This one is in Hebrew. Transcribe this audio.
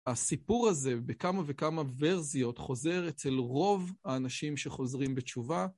הסיפור הזה בכמה וכמה ורסיות חוזר אצל רוב האנשים שחוזרים בתשובה.